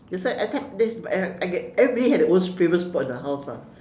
that's why I this I get everybody have their own favorite spot in the house ah